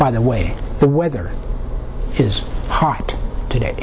by the way the weather is hot today